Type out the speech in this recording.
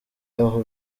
aho